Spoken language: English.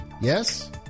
Yes